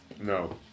No